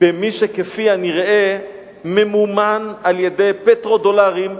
במי שכפי הנראה ממומן על-ידי פטרו-דולרים,